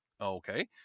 Okay